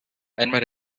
einmal